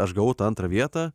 aš gavau tą antrą vietą